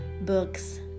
books